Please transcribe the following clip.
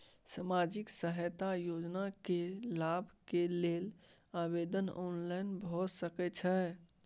सामाजिक सहायता योजना के लाभ के लेल आवेदन ऑनलाइन भ सकै छै?